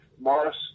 Morris